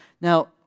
Now